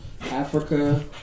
Africa